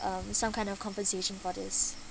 um some kind of compensation for this